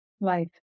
life